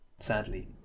Sadly